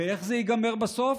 ואיך זה ייגמר בסוף?